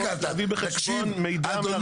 להביא בחשבון מידע מהרישום הפלילי.